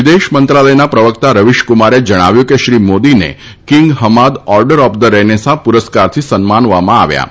વિદેશ મંત્રાલયના પ્રવકતા રવિશકુમારે જણાવ્યું છે કે શ્રી મોદીને King Hamad order of the Renaissance પુરસ્કારથી સન્માનવામાં આવ્યા હતા